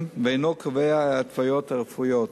ואינו קובע את ההתוויות הרפואיות.